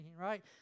right